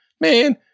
man